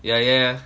yeah yeah